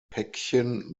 päckchen